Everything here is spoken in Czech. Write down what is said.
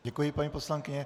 Děkuji, paní poslankyně.